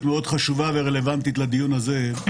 מאוד חשובה ורלוונטית לדיון הזה,